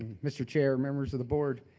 mr. chair, members of the board.